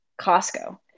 Costco